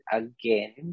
again